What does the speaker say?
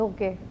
Okay